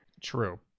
True